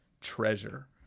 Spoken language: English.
treasure